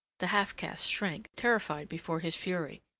the half-caste shrank terrified before his fury.